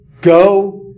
go